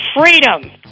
freedom